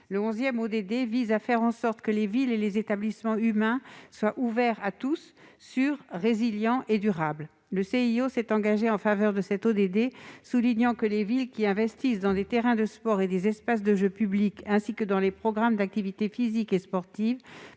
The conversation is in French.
unies consiste à « faire en sorte que les villes et les établissements humains soient ouverts à tous, sûrs, résilients et durables ». Le Comité international olympique (CIO) s'est engagé en faveur de cet objectif, soulignant que « les villes qui investissent dans des terrains de sport et des espaces de jeu publics ainsi que dans des programmes d'activités physiques et sportives